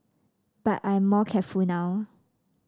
but I'm more careful now